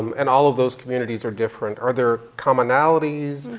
and all of those communities are different. are there commonalities?